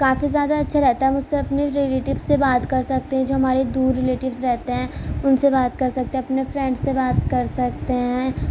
کافی زیادہ اچھا رہتا ہے اس سے اپنے ریلیٹیوس سے بات کر سکتے ہیں جو ہمارے دور ریلیٹیوس رہتے ہیں ان سے بات کر سکتے ہیں اپنے فرینڈس سے بات کر سکتے ہیں